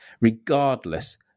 regardless